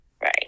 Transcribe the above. right